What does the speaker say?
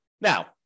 Now